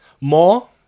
More